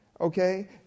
Okay